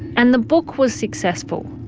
and the book was successful,